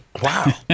Wow